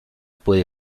puede